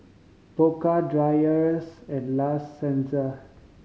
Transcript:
Pokka Dreyers and La Senza